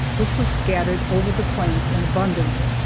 which was scattered over the plains in abundance,